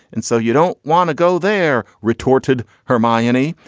and so you don't want to go there? retorted her miney,